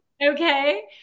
Okay